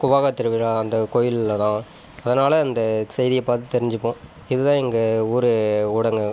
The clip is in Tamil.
குவாக திருவிழா அந்த கோயிலில்தான் அதனாலே அந்த செய்தியை பார்த்து தெரிஞ்சுப்போம் இதுதான் எங்கள் ஊர் ஊடகங்கள்